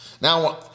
Now